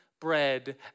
bread